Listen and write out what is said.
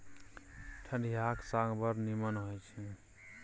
ठढियाक साग बड़ नीमन होए छै